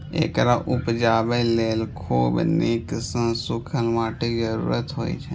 एकरा उपजाबय लेल खूब नीक सं सूखल माटिक जरूरत होइ छै